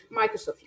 Microsoft